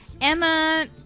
Emma